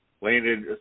landed